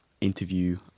interview